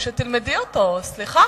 סליחה,